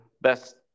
best